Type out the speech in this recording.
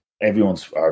everyone's